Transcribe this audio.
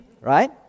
Right